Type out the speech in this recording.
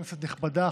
כנסת נכבדה,